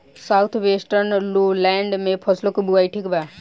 South western lowland में फसलों की बुवाई ठीक बा?